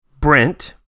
Brent